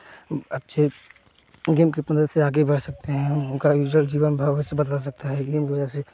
अच्छे गेम की मदद से आगे बढ़ सकते हैं उनके उज्जवल जीवन भविष्य बदल सकता है गेम की वजह से